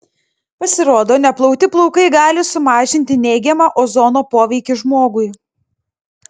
pasirodo neplauti plaukai gali sumažinti neigiamą ozono poveikį žmogui